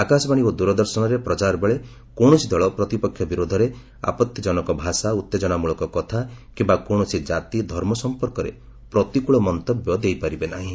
ଆକାଶବାଣୀ ଓ ଦୂରଦର୍ଶନରେ ପ୍ରଚାର ବେଳେ କୌଣସି ଦଳ ପ୍ରତିପକ୍ଷ ବିରୋଧରେ ଆପଭିଜନକ ଭାଷା ଉତ୍ତେଜନାମୂଳକ କଥା କିୟା କୌଣସି ଜାତି ଧର୍ମ ସଂପର୍କରେ ପ୍ରତିକୂଳ ମନ୍ତବ୍ୟ ଦେଇପାରିବେ ନାହିଁ